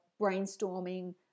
brainstorming